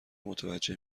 متوجه